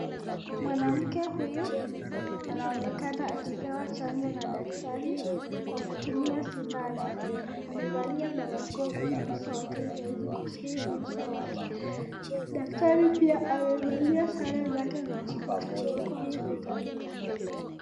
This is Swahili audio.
Mwanamke huyu anaonekana akipewa chanjo na daktari kwa kutumia sindano amevalia barakoa kwenye uso wake ili aweze kusitiri uso wake. Daktari pia amevalia sare zake za hospitali wako hospitalini.